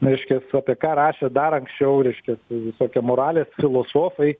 reiškias apie ką rašė dar anksčiau reiškias visokie moralės filosofai